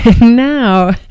Now